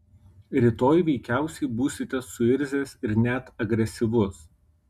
rytoj veikiausiai būsite suirzęs ir net agresyvus